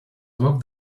above